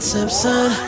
Simpson